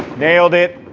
nailed it.